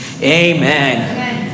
amen